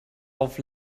auf